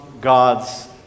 God's